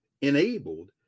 enabled